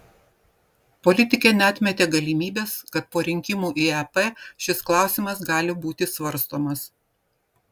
politikė neatmetė galimybės kad po rinkimų į ep šis klausimas gali būti svarstomas